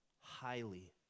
highly